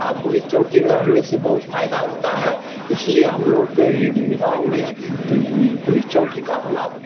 آ police چونکی رہنے سے بہت فائدہ ہوتا ہے اس لیے ہم لوگ کے گاؤں میں پولیس چونکی کا ہونا ب